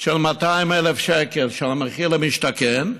של 200,000 שקלים של המחיר למשתכן,